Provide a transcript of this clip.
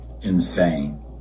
insane